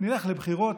נלך לבחירות.